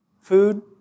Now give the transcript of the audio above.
food